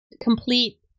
complete